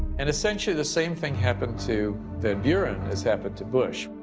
and essentially the same thing happened to van buren as happened to bush.